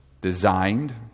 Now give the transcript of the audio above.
designed